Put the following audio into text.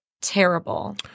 terrible